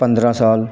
ਪੰਦਰਾਂ ਸਾਲ